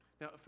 Now